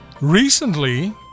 Recently